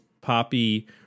poppy